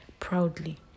proudly